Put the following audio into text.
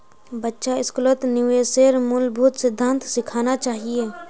बच्चा स्कूलत निवेशेर मूलभूत सिद्धांत सिखाना चाहिए